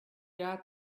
had